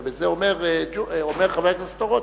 ועל זה אומר חבר הכנסת אורון: